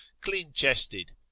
clean-chested